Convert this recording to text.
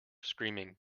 screaming